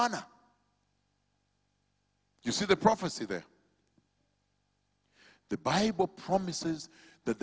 and you see the prophecy there the bible promises that